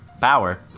Power